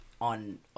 on